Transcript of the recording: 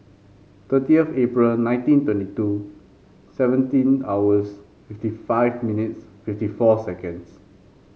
thirtieth April nineteen twenty two seventeen hours fifty five minutes fifty four seconds